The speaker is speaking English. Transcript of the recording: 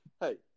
hey